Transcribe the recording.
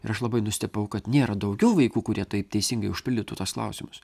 ir aš labai nustebau kad nėra daugiau vaikų kurie taip teisingai užpildytų tuos klausimus